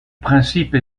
principe